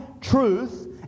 truth